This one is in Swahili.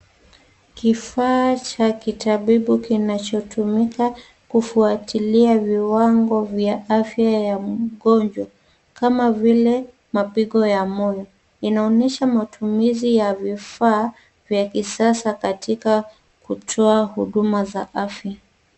Kifaa cha kitabibu kinacho tumika kufuatilia viwango vya afya ya mgonjwa kama vile mapigo ya moyo. Inaonyesha matumizi ya vifaa vya kisasa katika kutoa huduma za afya.